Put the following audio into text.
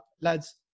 Lads